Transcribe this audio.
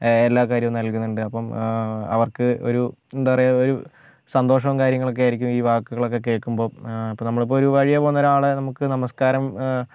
എല്ലാ കാര്യവും നല്കുന്നുണ്ട് അപ്പം അവർക്ക് ഒരു എന്താണ് പറയുക ഒരു സന്തോഷവും കാര്യങ്ങളൊക്കെ ആയിരിക്കും ഈ വാക്കുകളൊക്കെ കേൾക്കുമ്പോൾ ഇപ്പം നമ്മളിപ്പോൾ വഴിയേ പോകുന്ന ഒരാളെ നമുക്ക് നമസ്കാരം